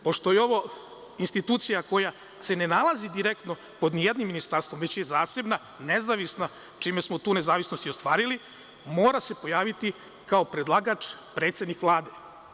Pošto je ovo institucija koja se ne nalazi direktno pod nijednim ministarstvom, već je zasebna i nezavisna, čime smo tu nezavisnost i ostvarili, mora se pojaviti kao predlagač predsednik Vlade.